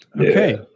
Okay